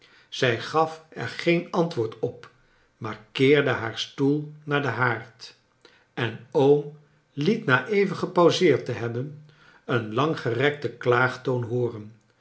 zij gaf er geen antwoord op maar keerde haar stoel naar den haard en oom liet na even gepauzeerd te hebben een langgerekten klaagtoon hooren